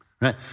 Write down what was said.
right